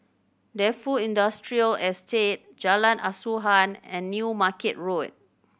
Defu Industrial Estate Jalan Asuhan and New Market Road